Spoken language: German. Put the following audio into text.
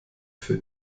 für